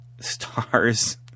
stars